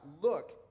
look